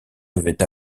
devaient